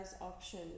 option